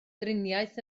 driniaeth